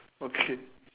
okay